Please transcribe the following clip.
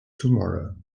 tomorrow